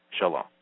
Shalom